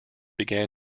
began